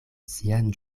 sian